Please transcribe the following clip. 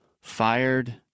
fired